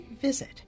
visit